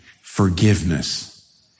forgiveness